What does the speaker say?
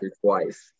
twice